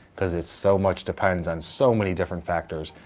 because it so much depends on so many different factors,